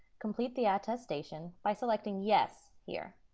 complete the attestation by selecting yes here.